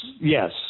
yes